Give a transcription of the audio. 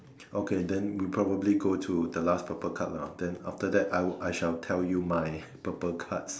okay then we probably go to the last purple card lah then after that I I shall tell you my purple card